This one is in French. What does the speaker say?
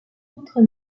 d’outre